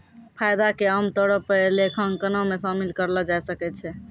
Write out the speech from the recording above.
फायदा के आमतौरो पे लेखांकनो मे शामिल करलो जाय सकै छै